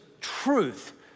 truth